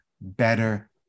better